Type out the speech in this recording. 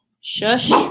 shush